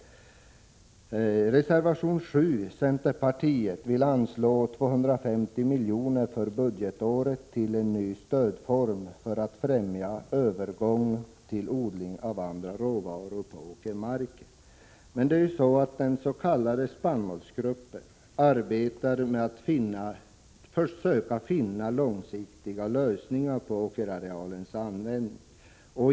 I reservation 7 vill centerpartiet anslå 250 milj.kr. för budgetåret till en ny stödform för att främja en övergång till odling av andra råvaror på åkermarken. Den s.k. spannmålsgruppen arbetar med att försöka finna långsiktiga lösningar på användningen av åkerarealen.